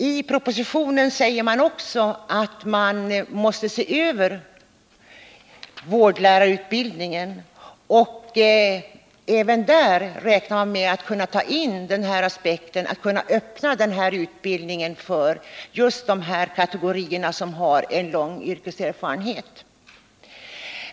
I propositionen sägs att vårdlärarutbildningen måste ses över. Vi räknar med att även denna utbildning skall kunna öppnas just för de kategorier som har lång yrkeserfarenhet.